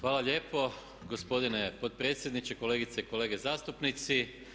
Hvala lijepo gospodine potpredsjedniče, kolegice i kolege zastupnici.